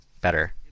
better